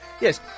Yes